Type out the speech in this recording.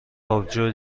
آبجو